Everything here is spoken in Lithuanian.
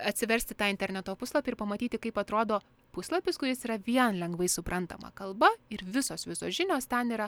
atsiversti tą interneto puslapį ir pamatyti kaip atrodo puslapis kuris yra vien lengvai suprantama kalba ir visos visos žinios ten yra